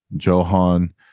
Johan